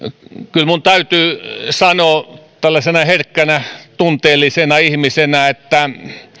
kyllä minun täytyy sanoa tällaisena herkkänä tunteellisena ihmisenä että